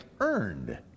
earned